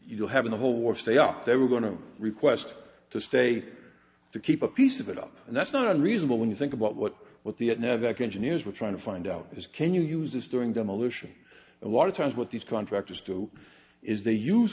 you know having the whole war stay up they were going to request the state to keep a piece of it up and that's not reasonable when you think about what what the it now that engineers were trying to find out is can you use this during demolition a lot of times what these contractors do is they use